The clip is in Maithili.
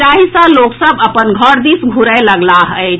जाहि सऽ लोक सभ अपन घर दिस घूरए लगलाह अछि